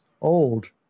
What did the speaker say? Old